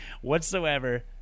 whatsoever